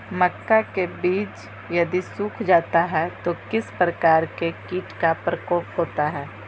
मक्का के बिज यदि सुख जाता है तो किस प्रकार के कीट का प्रकोप होता है?